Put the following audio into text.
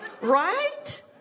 Right